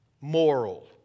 moral